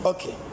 Okay